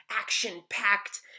action-packed